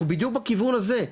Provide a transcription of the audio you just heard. אנחנו בדיוק בכיוון הזה,